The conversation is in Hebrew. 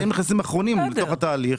והם נכנסים אחרונים לתוך התהליך.